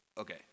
Okay